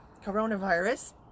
coronavirus